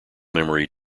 memory